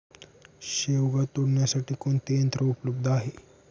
शेवगा तोडण्यासाठी कोणते यंत्र उपलब्ध आहे?